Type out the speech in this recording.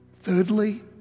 Thirdly